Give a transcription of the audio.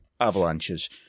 Avalanches